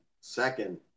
Second